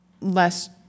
less